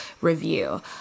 review